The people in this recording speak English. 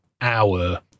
hour